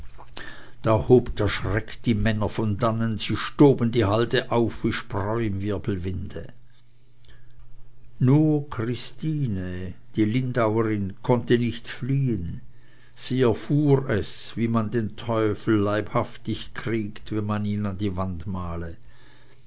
da hob der schreck die männer von dannen sie stoben die halde auf wie spreu im wirbelwinde nur christine die lindauerin konnte nicht fliehen sie erfuhr es wie man den teufel leibhaftig kriegt wenn man ihn an die wand male